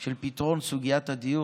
של פתרון סוגיית הדיור.